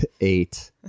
eight